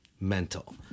mental